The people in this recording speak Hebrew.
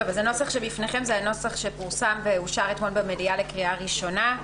הנוסח שבפניכם זה הנוסח שפורסם ואושר אתמול במליאה לקריאה ראשונה.